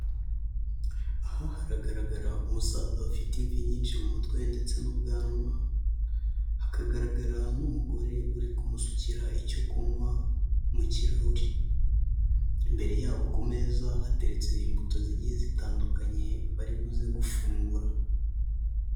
Aha haragaragara umusaza ufite imvi nyinshi mu mutwe ndetse n'ubwanwa, hakagaragara n'umugore uri kumusukira icyo kunywa mu kirahuri. Imbere yabo ku meza hateretse imbuto zigiye zitandukanye baribuze gufungura.